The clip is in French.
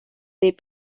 des